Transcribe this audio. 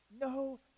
No